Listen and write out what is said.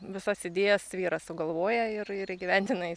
visas idėjas vyras sugalvoja ir ir įgyvendina